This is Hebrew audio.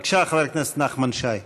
בבקשה, חבר הכנסת נחמן שי.